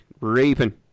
raping